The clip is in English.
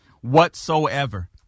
whatsoever